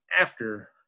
after-